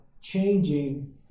changing